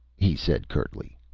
he said curtly.